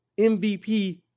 MVP